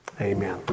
Amen